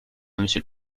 monsieur